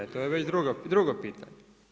E to je već drugo pitanje.